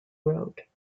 wrote